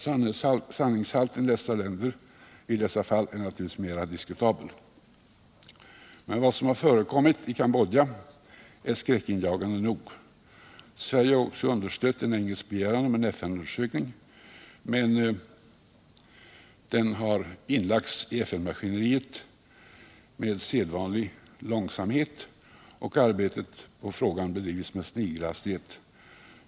Sanningshalten i dessa fall är naturligtvis mera diskutabel, men vad som har förekommit i Cambodja är skräckinjagande nog. Sverige har också understött en engelsk begäran om FN-undersökning, men den har inlagts i FN maskineriet med sedvanlig långsamhet, och arbetet på frågan bedrivs med snigelhastighet.